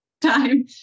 time